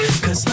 cause